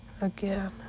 Again